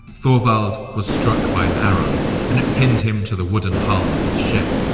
thorvald was struck by an arrow and it pinned him to the wooden hull of his ship.